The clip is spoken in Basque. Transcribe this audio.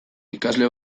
ikasle